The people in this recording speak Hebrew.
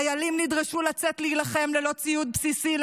חיילים נדרשו לצאת להילחם ללא ציוד בסיסי,